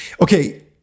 okay